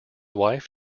wife